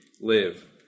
live